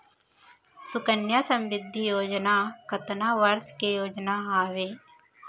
सुकन्या समृद्धि योजना कतना वर्ष के योजना हावे?